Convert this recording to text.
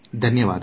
ಧನ್ಯವಾದಗಳು